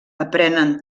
aprenen